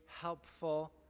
helpful